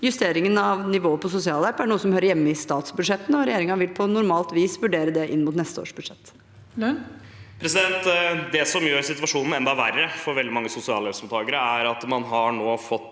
Justeringen av nivået på sosialhjelp er noe som hører hjemme i statsbudsjettene, og regjer ingen vil på normalt vis vurdere det inn mot neste års budsjett. Tobias Drevland Lund (R) Det som gjør situasjonen enda verre for veldig mange sosialhjelpsmottakere, er at man nå har fått